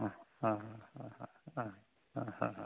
অঁ অঁ